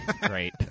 Great